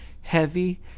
Heavy